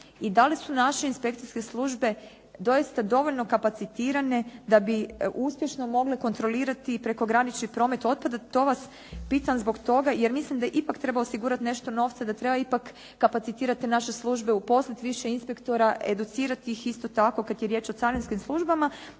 i da li su naše inspekcijske službe doista dovoljno kapacitirane da bi uspješno mogle kontrolirati i prekogranični promet otpada. To vas pitam zbog toga, jer mislim da ipak treba osigurati nešto novca, da treba ipak kapacitirati naše službe, upoznati višeg inspektora, educirati ih. Isto tako kada je riječ o carinskim službama